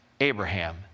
Abraham